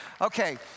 Okay